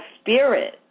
spirit